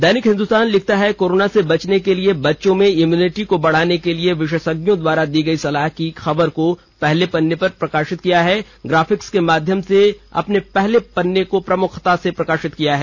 दैनिक हिंदुस्तान ने कोरोना से बचने के लिए बच्चों में इम्युनिटी को बढ़ाने के लिए विशेषज्ञों द्वारा दी गई सलाह की खबर को पहले पन्ने पर ग्राफिक्स के माध्यम से पहले पन्ने पर प्रमुखता से प्रकाशित किया है